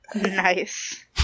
Nice